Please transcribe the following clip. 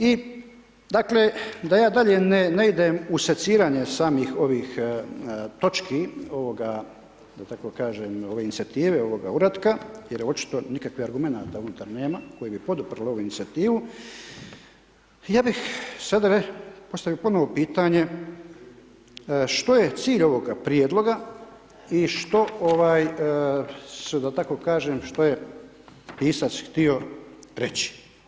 I, dakle, da ja dalje ne idem u seciranje samih ovih točki ovoga, da tako kažem, ove inicijative, ovoga uratka, jer očito nikakvih argumenata unutar nema koji bi poduprli ovu inicijativu, ja bih sada postavio ponovo pitanje, što je cilj ovoga prijedloga i što ovaj, da tako kažem, što je pisac htio reći?